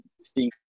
seeing